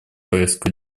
повестку